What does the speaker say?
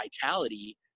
vitality